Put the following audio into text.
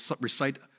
recite